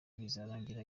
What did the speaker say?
bizarangira